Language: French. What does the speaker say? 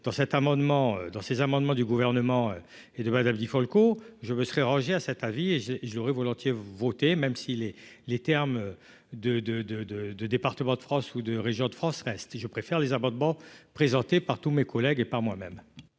dans ces amendements du gouvernement et de madame Di Folco, je me serais rangé à cet avis, et j'ai, je l'aurais volontiers voté, même si les les termes de, de, de, de, de départements de France ou de régions de France reste, je préfère les amendements présentés par tous mes collègues et par moi-même.